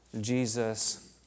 Jesus